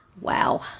Wow